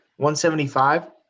175